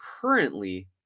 currently